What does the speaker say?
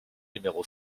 numéro